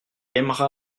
aimera